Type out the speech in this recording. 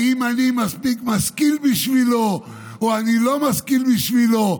האם אני מספיק משכיל בשבילו או אני לא משכיל בשבילו,